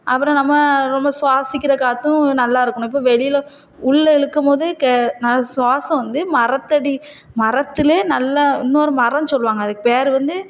அப்புறம் நம்ம ரொம்ப சுவாசிக்கிற காற்றும் நல்லா இருக்கணும் இப்போ வெளியில் உள்ள இழுக்கும் போது கெ ந சுவாசம் வந்து மரத்தடி மரத்தில் நல்ல இன்னொரு மரம் சொல்லுவாங்க அதுக்கு பேர் வந்து